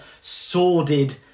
sordid